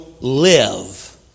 live